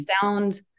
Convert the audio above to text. sound